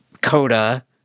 coda